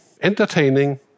entertaining